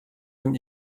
dem